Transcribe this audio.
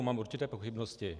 Mám určité pochybnosti.